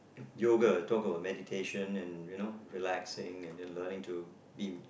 yoga talk about meditation and you know relaxing and then learning to be